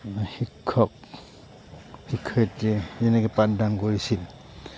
শিক্ষক শিক্ষয়িত্ৰীয়ে যেনেকৈ পাঠদান কৰিছিল